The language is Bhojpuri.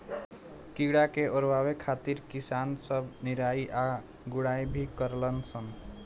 कीड़ा के ओरवावे खातिर किसान सब निराई आ गुड़ाई भी करलन सन